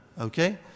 Okay